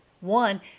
one